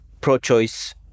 pro-choice